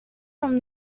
from